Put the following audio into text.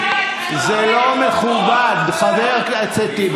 הורסת שדות,